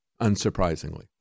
unsurprisingly